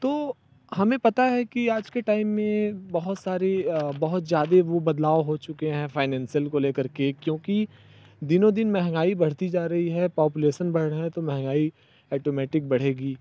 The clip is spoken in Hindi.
तो हमें पता है कि आज के टाइम में बहुत सारी बहुत ज़्यादा वो बदलाव हो चुके हैं फ़ाइनेंसियल को ले करके क्योंकि दिनों दिन महँगाई बढ़ती जा रही है पॉपुलेसन बढ़ रही है तो महँगाई एटोमेटिक बढ़ेगी